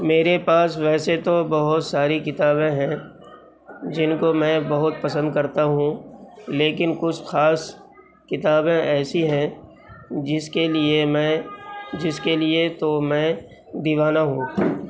میرے پاس ویسے تو بہت ساری کتابیں ہیں جن کو میں بہت پسند کرتا ہوں لیکن کچھ خاص کتابیں ایسی ہیں جس کے لیے میں جس کے لیے تو میں دیوانہ ہوں